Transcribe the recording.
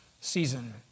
season